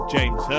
James